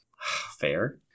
fair